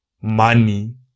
money